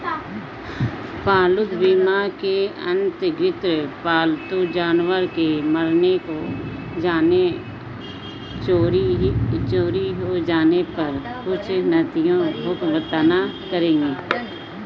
पालतू बीमा के अंतर्गत पालतू जानवर के मरने, खो जाने, चोरी हो जाने पर कुछ नीतियां भुगतान करेंगी